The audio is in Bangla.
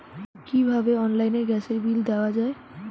কিভাবে অনলাইনে গ্যাসের বিল দেওয়া যায়?